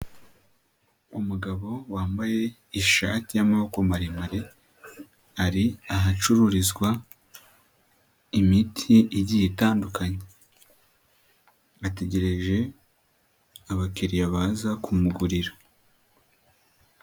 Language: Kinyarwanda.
Umugabo wambaye ishati y'amaboko maremare, ari ahacururizwa imiti igiye itandukanye. Ategereje abakiriya baza kumugurira.